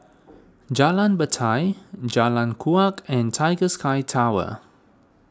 Jalan Batai Jalan Kuak and Tiger Sky Tower